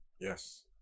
Yes